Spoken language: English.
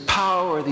power